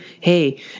Hey